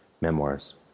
Memoirs